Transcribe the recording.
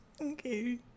Okay